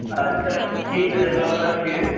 আচ্ছা ঠিক আছে তাহলে রাখছি হ্যাঁ